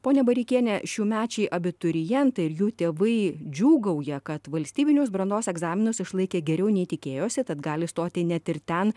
ponia bareikiene šiųmečiai abiturientai ir jų tėvai džiūgauja kad valstybinius brandos egzaminus išlaikė geriau nei tikėjosi tad gali stoti net ir ten